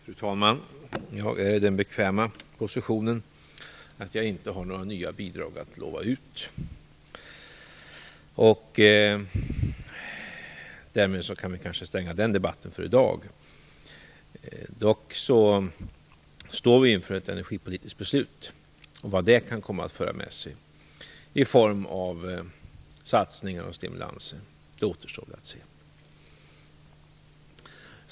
Fru talman! Jag är i den bekväma positionen att jag inte har några nya bidrag att lova ut. Därmed kanske vi kan stänga den debatten för i dag. Dock står vi inför ett energipolitiskt beslut och vad det kan föra med sig i form av satsningar och stimulanser. Det återstår att se.